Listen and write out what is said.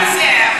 הוא הרוצח.